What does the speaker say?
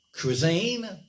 cuisine